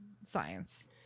science